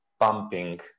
pumping